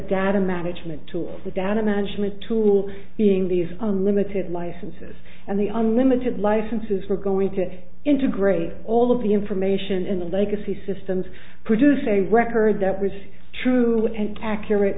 data management tools the data management tool being these unlimited licenses and the unlimited licenses were going to integrate all of the information in the legacy systems produce a record that was true and accurate